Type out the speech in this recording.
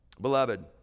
Beloved